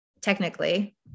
Technically